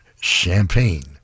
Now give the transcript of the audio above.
Champagne